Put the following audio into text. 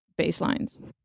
baselines